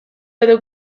edo